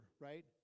right